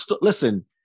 Listen